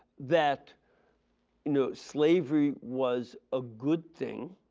that you know slavery was a good thing